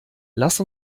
lass